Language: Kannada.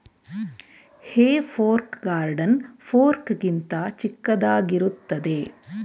ಹೇ ಫೋರ್ಕ್ ಗಾರ್ಡನ್ ಫೋರ್ಕ್ ಗಿಂತ ಚಿಕ್ಕದಾಗಿರುತ್ತದೆ